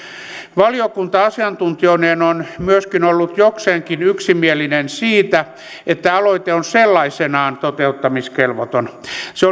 valiokunta asiantuntijoineen on ollut jokseenkin yksimielinen myös siitä että aloite on sellaisenaan toteuttamiskelvoton se